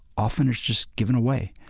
often it's just given away.